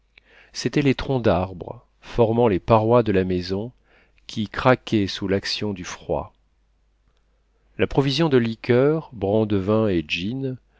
c'étaient les troncs d'arbres formant les parois de la maison qui craquaient sous l'action du froid la provision de liqueurs brandevin et gin